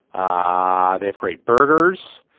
ah they have great burgers.